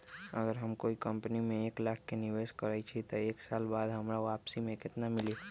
अगर हम कोई कंपनी में एक लाख के निवेस करईछी त एक साल बाद हमरा वापसी में केतना मिली?